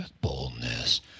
boldness